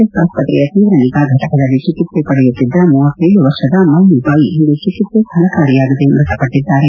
S ಆಸ್ಪತ್ರೆಯ ತೀವ್ರನಿಗಾ ಫಟಕದಲ್ಲಿ ಚಿಕಿತ್ಸೆ ಪಡೆಯುತ್ತಿದ್ದ ಮೂವತ್ತೇಳು ವರ್ಷದ ಮೈಲಿ ಬಾಯಿ ಇಂದು ಚಿಕಿತ್ಸೆ ಫಲಕಾರಿಯಾಗದೆ ಮೃತಪಟ್ಟಿದ್ದಾರೆ